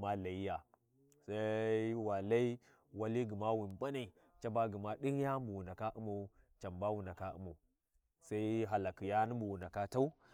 ma wa hala ghi wahalai, to wahali ga wunai wa ghanu bu sahyi bu- hala bu sahi nʒuna to wanba sinna, to wanba Sinni ɗi rayuwi cina’a, ghandai wu ndaka nʒau, wu ndaka P’au, waku nʒau wu ndaka P’a’a, wa nʒuu ga wu ndaka P’usin. Lthadai, wani wani.